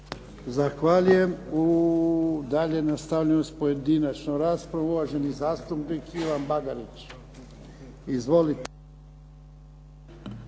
Zahvaljujem. Nastavljamo sa pojedinačnom raspravom, uvaženi zastupnik Ivan Bagarić. Izvolite.